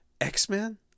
x-men